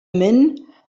men